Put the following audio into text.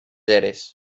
eres